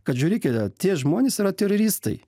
kad žiūrėkite tie žmonės yra teroristai